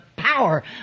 power